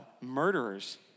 murderers